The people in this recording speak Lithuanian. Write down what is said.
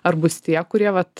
ar bus tie kurie vat